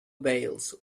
veils